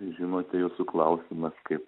žinote jūsų klausimas kaip